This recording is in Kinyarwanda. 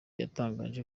yatangaje